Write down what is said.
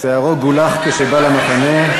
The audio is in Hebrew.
"שיערו גולח כשבא למחנה".